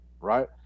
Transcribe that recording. Right